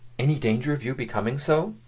any danger of your becoming so?